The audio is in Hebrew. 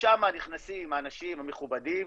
ששם נכנסים האנשים המכובדים.